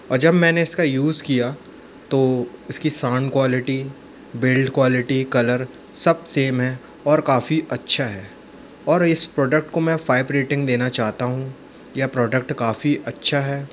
और जब मैंने इस का यूज़ किया तो इस की sound quality build quality colour सब सेम है और काफ़ी अच्छा है और इस प्रॉडक्ट को मैं फ़ाईव रेटिंग देना चाहता हूँ यह प्रॉडक्ट काफ़ी अच्छा है